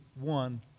one